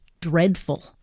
dreadful